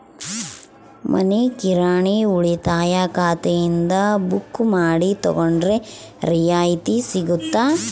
ಮನಿ ಕಿರಾಣಿ ಉಳಿತಾಯ ಖಾತೆಯಿಂದ ಬುಕ್ಕು ಮಾಡಿ ತಗೊಂಡರೆ ರಿಯಾಯಿತಿ ಸಿಗುತ್ತಾ?